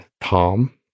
Tom